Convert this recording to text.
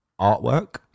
artwork